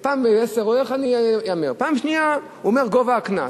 פעם שנייה, הוא אומר, גובה הקנס.